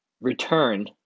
return